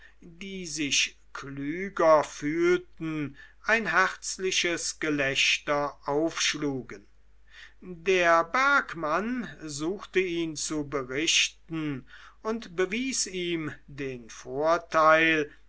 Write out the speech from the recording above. die sich klüger fühlten ein herzliches gelächter aufschlugen der bergmann suchte ihn zu berichten und bewies ihm den vorteil